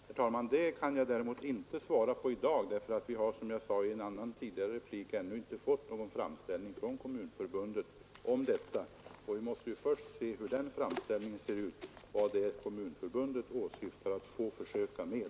Herr talman! Det kan jag däremot inte svara på i dag, eftersom vi, såsom jag sade i en tidigare replik, ännu inte har fått någon framställning från Kommunförbundet om detta. Vi måste först se hur den framställningen ser ut och vad Kommunförbundet åsyftar att få försöka med.